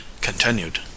continued